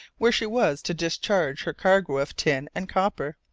where she was to discharge her cargo of tin and copper.